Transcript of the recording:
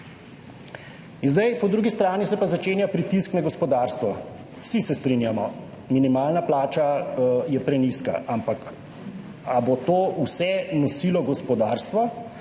Po drugi strani se pa začenja pritisk na gospodarstvo. Vsi se strinjamo, minimalna plača je prenizka, ampak ali bo vse to nosilo gospodarstvo?